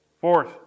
Fourth